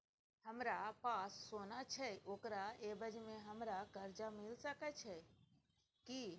हमरा पास सोना छै ओकरा एवज में हमरा कर्जा मिल सके छै की?